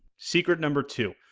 secret number two,